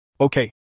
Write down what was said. Okay